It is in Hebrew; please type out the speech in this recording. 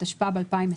התשפ"ב-2021.